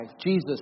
Jesus